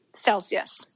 Celsius